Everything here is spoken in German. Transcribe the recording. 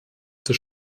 des